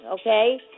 Okay